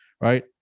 right